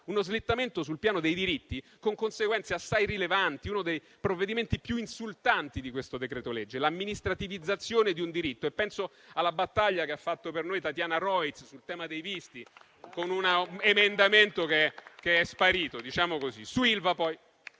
uno slittamento sul piano dei diritti con conseguenze assai rilevanti, una delle misure più insultanti di questo decreto-legge, l'amministrativizzazione di un diritto e penso alla battaglia che ha fatto per noi Tatiana Rojc sul tema dei visti, con un emendamento che è sparito, diciamo